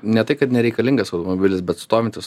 ne tai kad nereikalingas automobilis bet stovintis